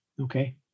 Okay